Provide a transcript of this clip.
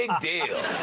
ah deal!